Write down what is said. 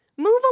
move